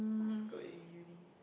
what's good in uni